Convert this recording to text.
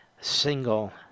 single